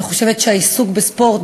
אני חושבת שהעיסוק בספורט,